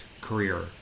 career